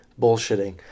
bullshitting